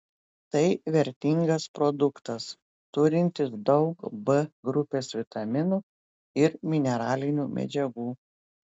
tai vertingas produktas turintis daug b grupės vitaminų ir mineralinių medžiagų